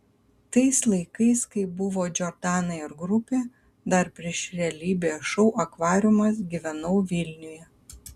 tais laikais kai buvo džordana ir grupė dar prieš realybės šou akvariumas gyvenau vilniuje